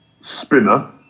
spinner